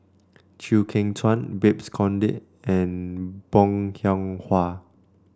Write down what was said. Chew Kheng Chuan Babes Conde and Bong Hiong Hwa